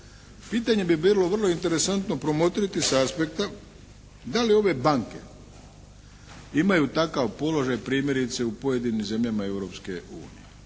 Pitanje bi bilo vrlo interesantno promotriti s aspekta da li ove banke imaju takav položaj primjerice u pojedinim zemljama